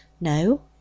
No